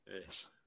Yes